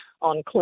on